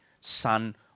son